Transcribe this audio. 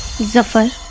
zafar